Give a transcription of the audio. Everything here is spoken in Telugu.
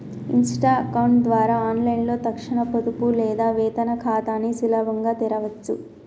ఇన్స్టా అకౌంట్ ద్వారా ఆన్లైన్లో తక్షణ పొదుపు లేదా వేతన ఖాతాని సులభంగా తెరవచ్చు